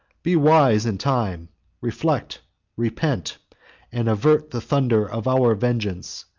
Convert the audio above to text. be wise in time reflect repent and avert the thunder of our vengeance,